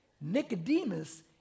Nicodemus